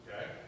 Okay